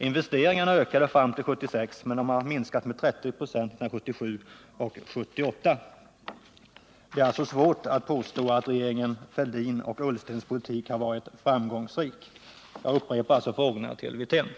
Investeringarna ökade fram till 1976, men de har minskat med 30 96 1977 och 1978. Det är alltså svårt att påstå att regeringarna Fälldins och Ullstens politik har varit framgångsrik. Jag upprepar alltså frågorna till herr Wirtén.